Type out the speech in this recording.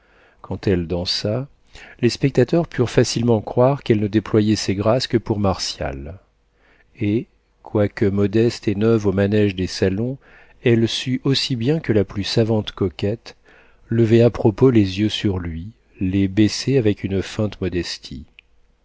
quand elle dansa les spectateurs purent facilement croire qu'elle ne déployait ces grâces que pour martial et quoique modeste et neuve au manége des salons elle sut aussi bien que la plus savante coquette lever à propos les yeux sur lui les baisser avec une feinte modestie